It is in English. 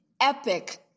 epic